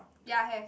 ya have